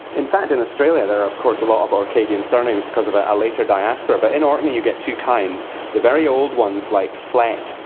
in fact in australia there are of course a lot of orcadian surnames because of ah a later diaspora, but in orkney you get two kinds the very old ones like flett,